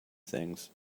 things